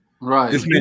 right